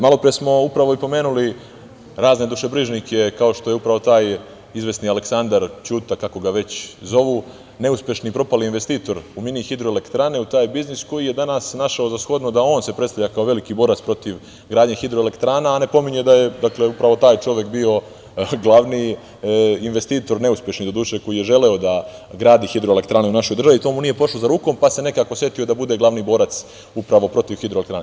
Malopre smo upravo i pomenuli razne dušebrižnike, kao što je upravo taj izvesni Aleksandar Ćuta, kako ga već zovu, neuspešni propali investitor u mini hidroelektrani, u taj biznis, koji je danas našao za shodno da se on predstavlja kao veliki borac protiv gradnje hidroelektrana, a ne pominje da je upravo taj čovek bio glavni investitor, neuspešni doduše, koji je želeo da gradi hidroelektrane u našoj državi i to mu nije pošlo za rukom, pa se nekako setio da bude glavni borac upravo protiv hidroelektrane.